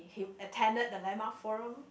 he attended the landmark forum